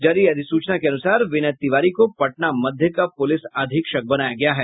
जारी अधिसूचना के अनुसार विनय तिवारी को पटना मध्य का पुलिस अधीक्षक बनाया गया है